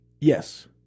Yes